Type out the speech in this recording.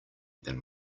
than